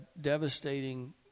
devastating